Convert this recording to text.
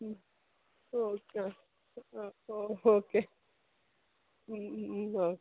ഓ ആ ആ ഓ ഓക്കെ അ ഓക്കെ